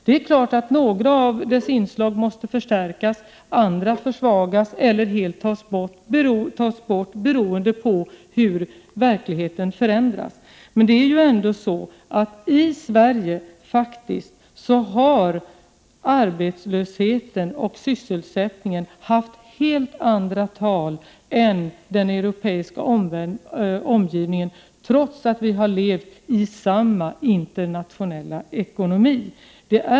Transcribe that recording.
Det är klart att några av dess inslag måste förstärkas och andra försvagas eller helt tas bort, beroende på hur verkligheten förändras. Men i Sverige har faktiskt arbetslösheten och sysselsättningen haft helt andra tal än i den europeiska omgivningen, trots att vi har levt i samma internationella ekonomi.